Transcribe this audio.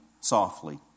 softly